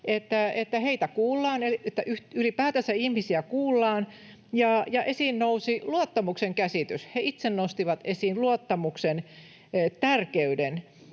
että heitä kuullaan, että ylipäätänsä ihmisiä kuullaan, ja esiin nousi luottamuksen käsitys. He itse nostivat esiin luottamuksen tärkeyden.